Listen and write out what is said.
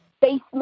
basement